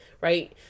right